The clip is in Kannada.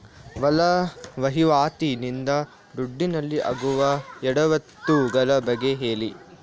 ಒಳ ವಹಿವಾಟಿ ನಿಂದ ದುಡ್ಡಿನಲ್ಲಿ ಆಗುವ ಎಡವಟ್ಟು ಗಳ ಬಗ್ಗೆ ಹೇಳಿ